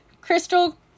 Crystal